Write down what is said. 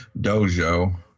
dojo